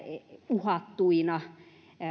uhattuina